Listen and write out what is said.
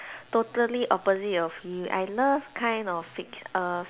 totally opposite of you I love kind of fic~ err